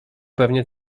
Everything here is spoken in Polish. pewnie